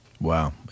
Wow